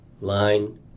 line